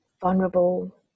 vulnerable